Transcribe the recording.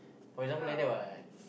for example like that what